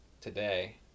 today